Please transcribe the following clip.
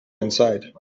inside